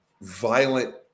violent